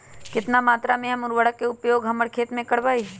कितना मात्रा में हम उर्वरक के उपयोग हमर खेत में करबई?